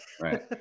right